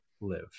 live